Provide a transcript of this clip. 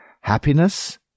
Happiness